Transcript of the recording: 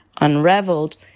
unraveled